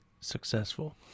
successful